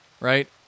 right